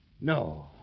No